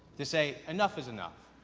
to say, enough is enough.